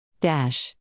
Dash